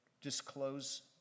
disclose